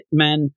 Hitmen